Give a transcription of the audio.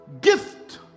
gift